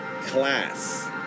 class